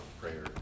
prayer